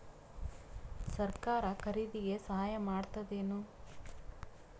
ಸರಕಾರ ಖರೀದಿಗೆ ಸಹಾಯ ಮಾಡ್ತದೇನು?